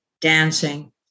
dancing